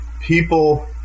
people